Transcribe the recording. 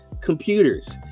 computers